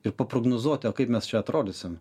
ir paprognozuot kaip mes čia atrodysim